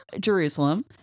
Jerusalem